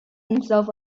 himself